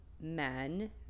men